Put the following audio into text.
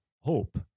hope